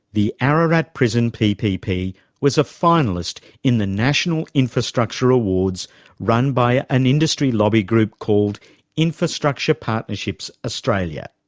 the ararat prison ppp was a finalist in the national infrastructure awards run by an industry lobby group called infrastructure partnerships australia.